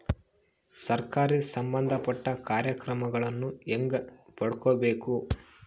ಸರಕಾರಿ ಸಂಬಂಧಪಟ್ಟ ಕಾರ್ಯಕ್ರಮಗಳನ್ನು ಹೆಂಗ ಪಡ್ಕೊಬೇಕು?